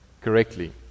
correctly